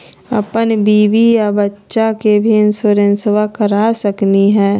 अपन बीबी आ बच्चा के भी इंसोरेंसबा करा सकली हय?